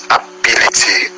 ability